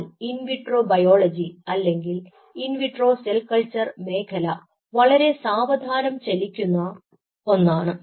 എന്നാൽ in vitro biology അല്ലെങ്കിൽ in vitro cell culture മേഖല വളരെ സാവധാനം ചലിക്കുന്ന ഒന്നാണ്